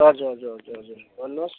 हजुर हजुर हजुर भन्नु होस् हजुर हजुर